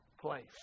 place